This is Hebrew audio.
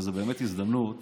זאת באמת הזדמנות